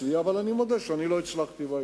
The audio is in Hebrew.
אבל אני מודה שאני לא הצלחתי בזה,